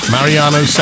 Mariano